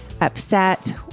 upset